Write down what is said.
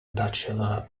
bachelor